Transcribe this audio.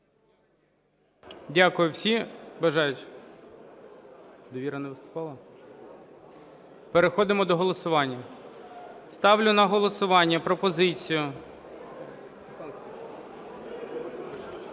бажаючі… "Довіра" не виступала? Переходимо до голосування. Ставлю на голосування пропозицію